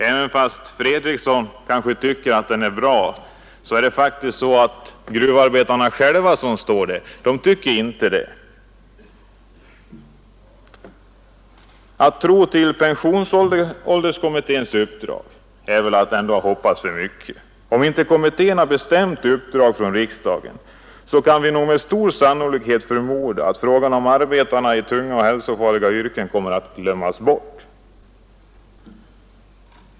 Även om herr Fredriksson anser att den är bra så tycker faktiskt gruvarbetarna själva, som står mitt i problemen, inte det. Att lita till pensionsålderskommitténs uppdrag är väl ändå att hoppas för mycket. Om inte kommittén har ett bestämt uppdrag från riksdagen, kan vi med stor sannolikhet förmoda att frågan om arbetare i tunga och hälsofarliga yrken kommer att glömmas bort.